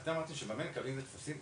אתה אמרת שבמייל מקבלים את הטפסים,